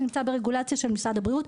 זה נמצא ברגולציה של משרד הבריאות.